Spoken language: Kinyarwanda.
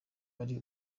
ari